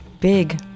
Big